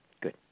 Good